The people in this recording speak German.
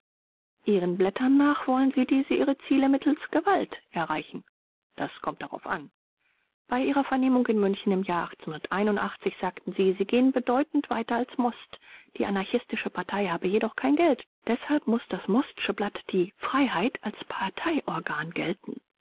ihren blättern nach wollen sie diese ihre ziele mittels gewalt erreichen r das kommt darauf an vors bei ihrer vernehmung in münchen im jahre sagten sie sie gehen bedeutend weiter als most die anarchistische partei habe jedoch kein geld deshalb muß das mostsche blatt die freiheit als parteiorgan gelten